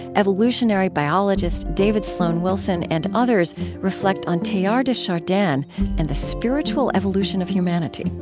evolutionary biologist david sloan wilson, and others reflect on teilhard de chardin and the spiritual evolution of humanity.